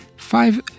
Five